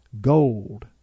gold